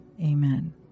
Amen